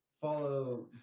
follow